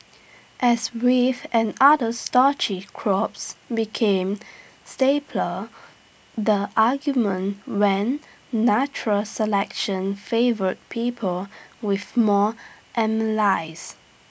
as wheat and other starchy crops became staples the argument went natural selection favoured people with more amylase